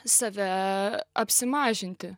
save apsimažinti